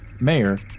mayor